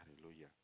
hallelujah